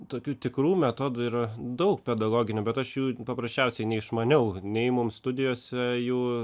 tokių tikrų metodų yra daug pedagoginių bet aš jų paprasčiausiai neišmaniau nei mums studijose jų